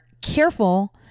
careful